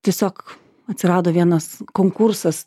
tiesiog atsirado vienas konkursas